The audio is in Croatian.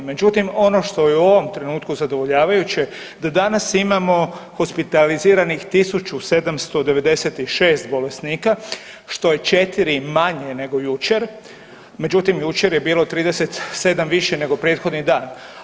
Međutim, ono što je u ovom trenutku zadovoljavajuće da danas imamo hospitaliziranih 1.796 bolesnika što je četiri manje nego jučer, međutim jučer je bilo 37 više nego prethodni dan.